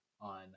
on